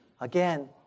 again